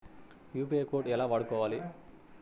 UPI code ఎలా వాడుకోవాలి?